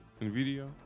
Nvidia